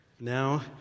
Now